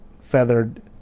feathered